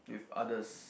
with others